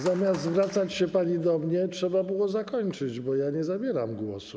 Zamiast zwracać się, pani poseł, do mnie, trzeba było zakończyć, bo ja nie zabieram głosu.